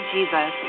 Jesus